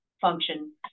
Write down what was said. function